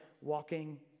walking